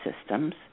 systems